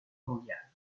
mondiale